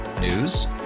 News